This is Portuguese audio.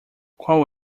qual